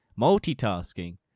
Multitasking